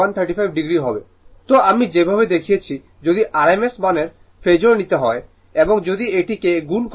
তো আমি যেভাবে দেখিয়েছি যদি rms মানে ফেজোর নিতে হয় এবং যদি এটি কে গুণ করা হয়